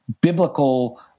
biblical